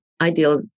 ideal